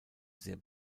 sehr